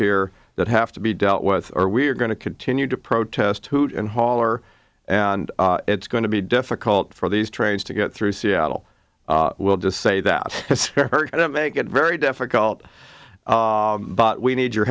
here that have to be dealt with or we're going to continue to protest hoot and holler and it's going to be difficult for these trains to get through seattle we'll just say that i don't make it very difficult but we need your